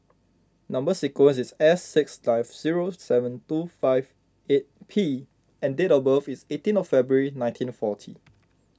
Number Sequence is S six nine zero seven two five eight P and date of birth is eighteen of February nineteen forty